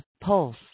pulse